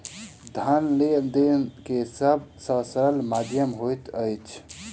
धन लेन देन के सब से सरल माध्यम होइत अछि